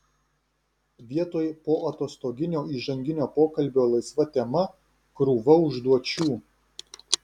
vietoj poatostoginio įžanginio pokalbio laisva tema krūva užduočių